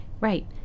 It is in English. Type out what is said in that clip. Right